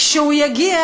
כשהוא יגיע,